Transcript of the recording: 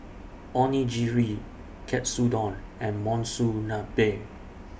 Onigiri Katsudon and Monsunabe